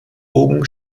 oben